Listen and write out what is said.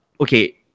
okay